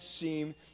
seem